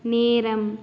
நேரம்